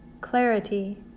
clarity